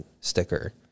sticker